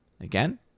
Again